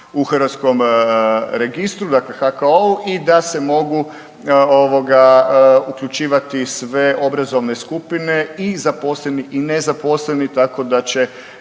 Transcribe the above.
u hrvatskom registru dakle HKO-u i da se mogu uključivati sve obrazovne skupine i zaposleni i ne zaposleni tako da će